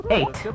Eight